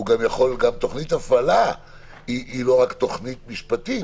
גם תוכנית הפעלה היא לא רק תוכנית משפטית.